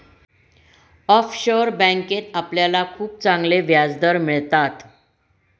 offshore बँकेत आपल्याला खूप चांगले व्याजदर मिळतात